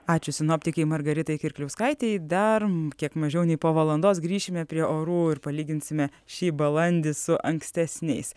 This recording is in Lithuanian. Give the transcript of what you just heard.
ačiū sinoptikei margaritai kirkliauskaitei dar kiek mažiau nei po valandos grįšime prie orų ir palyginsime šį balandį su ankstesniais